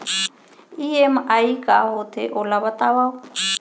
EMI का होथे, ओला बतावव